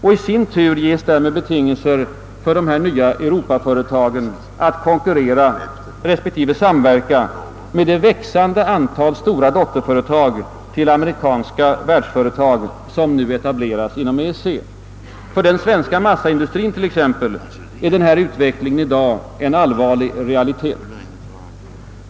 Därigenom ges ock så betingelser för de nya europaföretagen att konkurrera respektive samverka med det växande antalet dotterföretag till amerikanska världskoncerner, som etablerats inom EEC. För den svenska massaindustrien är den utvecklingen i dag en allvarlig realitet.